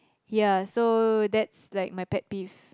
ya so that's like my pet peeve